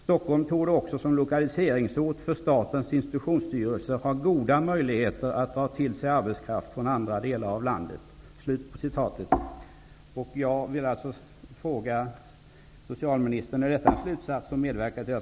Stockholm torde också som lokaliseringsort för Statens institutionsstyrelse ha goda möjligheter att dra till sig arbetskraft från andra delar av landet.''